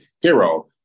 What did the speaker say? hero